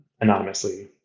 anonymously